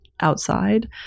outside